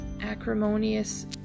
acrimonious